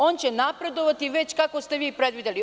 On će napredovati kako ste vi predvideli.